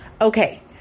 Okay